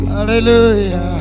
Hallelujah